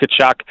kachuk